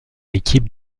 équipe